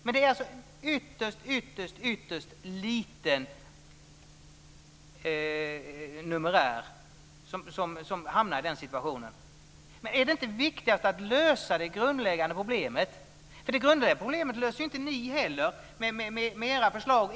Det är alltså en ytterst liten numerär som hamnar i den situationen. Är det inte viktigast att lösa det grundläggande problemet? Det grundläggande problemet löser ni ju inte med era förslag.